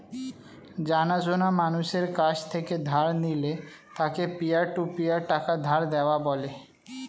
জানা সোনা মানুষের কাছ থেকে ধার নিলে তাকে পিয়ার টু পিয়ার টাকা ধার দেওয়া বলে